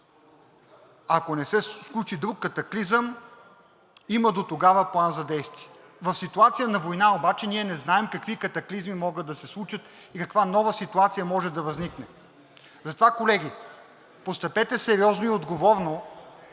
ако не се случи друг катаклизъм, има дотогава план за действие. В ситуация на война обаче ние не знаем какви катаклизми могат да се случат и каква нова ситуация може да възникне. Затова, колеги, постъпете сериозно и отговорно,